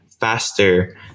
faster